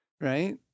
Right